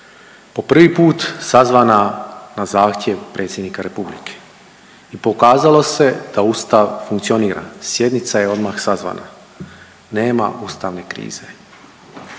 po prvi put sazvana na zahtjev predsjednika Republike. Pokazalo se da Ustav funkcionira, sjednica je odmah sazvana. Nema ustavne krize.